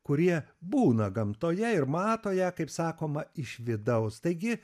kurie būna gamtoje ir mato ją kaip sakoma iš vidaus taigi